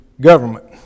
government